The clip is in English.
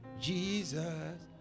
Jesus